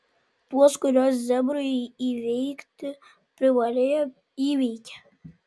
tuos kuriuos zebrai įveikti privalėjo įveikė